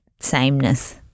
sameness